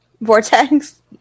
Vortex